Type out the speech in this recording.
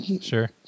sure